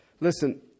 Listen